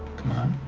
come on,